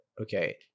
okay